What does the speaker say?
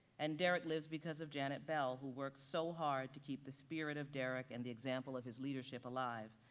and derrick lives because of janet bell, who works so hard to keep the spirit of derrick and the example of his leadership alive.